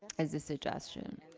is the suggestion.